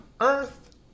earth